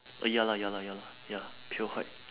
uh ya lah ya lah ya lah ya pale white